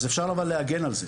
אז אפשר להגן על זה.